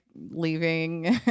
leaving